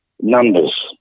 numbers